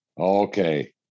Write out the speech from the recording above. okay